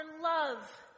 love